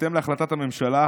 ובהתאם להחלטת הממשלה,